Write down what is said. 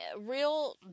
real